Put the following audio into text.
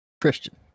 Christian